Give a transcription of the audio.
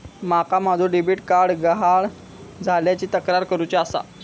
माका माझो debit card गहाळ झाल्याची तक्रार करुची आसा